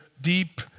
deep